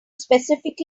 specific